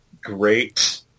great